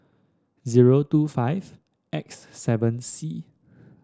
zero two five X seven C